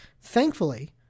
thankfully